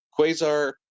Quasar